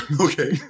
Okay